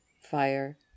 fire